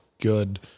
good